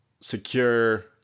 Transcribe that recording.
secure